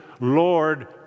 Lord